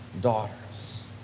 daughters